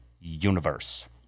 universe